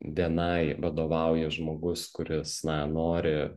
vienai vadovauja žmogus kuris nori